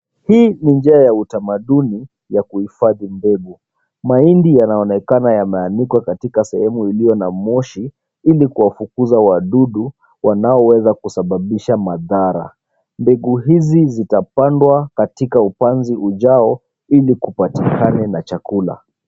Hii ni njia ya utamaduni ya kuhifadhi mbegu. Mahindi yanaonekana yameanikwa katika sehemu iliyo na moshi ili kuwafukuza wadudu wanaoweza kusababisha madhara . Mbegu hizi zitapandwa katika upanzi ujao ili kupatikane na chakula.